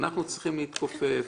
אנחנו צריכים להתכופף,